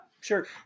Sure